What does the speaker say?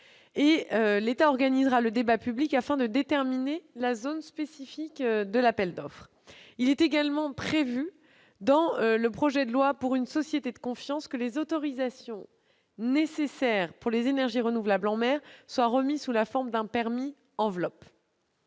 Il organisera le débat public afin de déterminer la zone spécifique de l'appel d'offres. Il est également prévu, dans le projet de loi pour une société de confiance, que les autorisations nécessaires pour les énergies renouvelables en mer soient remises sous la forme d'un « permis enveloppe